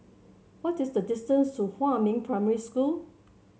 what is the distance to Huamin Primary School